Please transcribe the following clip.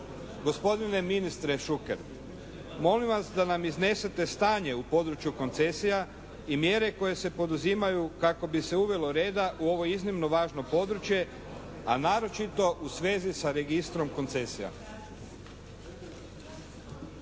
Gospodine ministre Šuker, molim vas da nam iznesete stanje u području koncesija i mjere koje se poduzimaju kako bi se uvelo reda u ovo iznimno važno područje a naročito u svezi sa registrom koncesija.